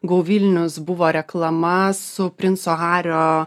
gau vilnius buvo reklama su princo hario